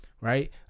Right